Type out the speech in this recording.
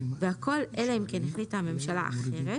והכל אלא אם כן החליטה הממשלה אחרת,